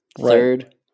third